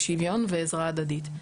שוויון ועזרה הדדית.